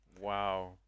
wow